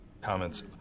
comments